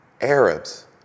Arabs